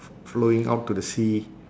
flowing out to the sea